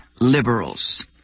liberals